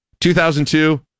2002